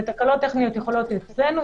תקלות טכניות יכולות להיות אצלנו,